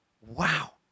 Wow